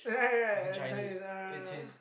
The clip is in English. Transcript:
right right